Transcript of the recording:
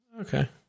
Okay